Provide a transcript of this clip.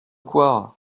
quoi